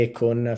con